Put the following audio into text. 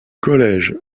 collège